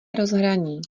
rozhraní